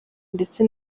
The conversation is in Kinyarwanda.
ndetse